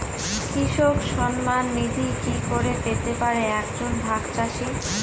কৃষক সন্মান নিধি কি করে পেতে পারে এক জন ভাগ চাষি?